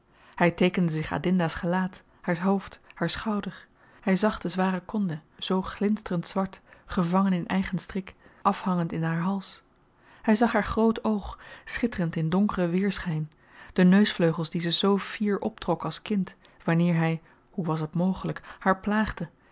hy teekende zich adinda's gelaat haar hoofd haar schouder hy zag den zwaren kondeh zoo glinsterend zwart gevangen in eigen strik afhangend in haar hals hy zag haar groot oog schitterend in donkeren weerschyn de neusvleugels die ze zoo fier optrok als kind wanneer hy hoe was't mogelyk haar plaagde